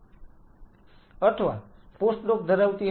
અથવા postdoc ધરાવતી હશે